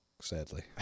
sadly